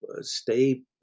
stay